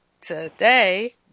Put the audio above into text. today